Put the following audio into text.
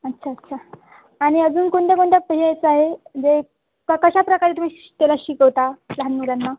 अच्छा अच्छा आणि अजून कोणत्या कोणत्या पिरेस आहे जे क कशाप्रकारे तुम्ही त्याला शिकवता लहान मुलांना